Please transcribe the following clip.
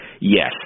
Yes